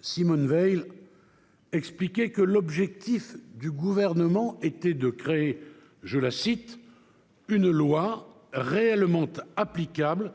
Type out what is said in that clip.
Simone Veil expliquait que l'objectif du gouvernement était de créer « une loi réellement applicable,